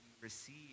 receive